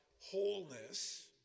wholeness